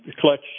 clutch